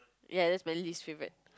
ya that's my least favourite